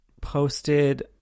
posted